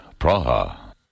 Praha